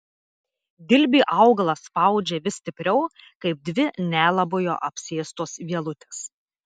dilbį augalas spaudžia vis stipriau kaip dvi nelabojo apsėstos vielutės